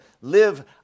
live